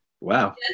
wow